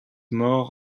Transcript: mort